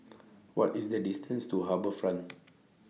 What IS The distance to HarbourFront